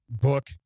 book